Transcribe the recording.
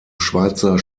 schweizer